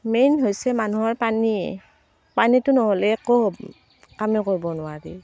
main হৈছে মানুহৰ পানী পানীটো নহ'লে একো কামে কৰিব নোৱাৰে